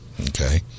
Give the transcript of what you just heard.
okay